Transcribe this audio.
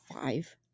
five